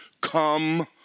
come